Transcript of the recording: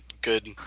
good